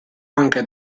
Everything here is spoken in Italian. anche